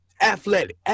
athletic